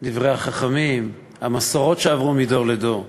דברי החכמים, המסורות שעברו מדור לדור.